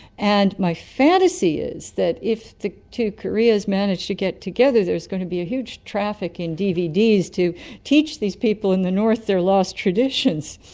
and my fantasy is that if the two koreas manage to get together there's going to be a huge traffic in dvds to teach these people in the north their lost traditions.